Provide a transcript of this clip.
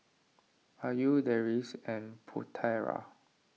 Ayu Deris and Putera